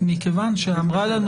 אמרה לנו